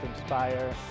inspire